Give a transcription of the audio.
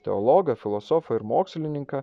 teologą filosofą ir mokslininką